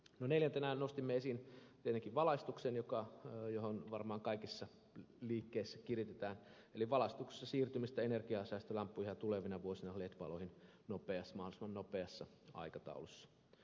neljäntenä nostimme esiin tietenkin valaistuksen johon varmaan kaikissa liikkeissä kiinnitetään huomiota eli valaistuksessa siirtymisen energiansäästölamppuihin ja tulevina vuosina led valoihin mahdollisimman nopeassa aikataulussa